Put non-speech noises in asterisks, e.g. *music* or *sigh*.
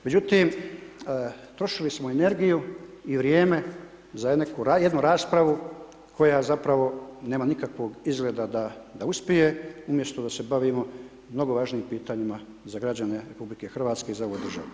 Međutim, trošili smo energiju i vrijeme za ... *unintelligible* raspravu koja zapravo nema nikakvog izgleda da uspije, umjesto da se bavimo mnogo važnijim pitanjima za građane RH i za ovu državu.